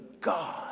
God